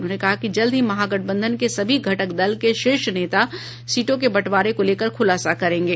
उन्होंने कहा कि जल्द ही महागठबंधन के सभी घटक दल के शीर्ष नेता सीटों के बंटवारे को लेकर खुलासा करेंगे